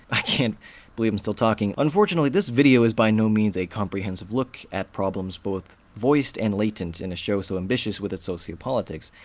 i can't believe i'm still talking. unfortunately, this video is by no means a comprehensive look at problems both voiced and latent in a show so ambitious with its sociopolitics.